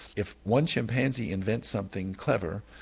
if one chimpanzee invents something clever,